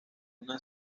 una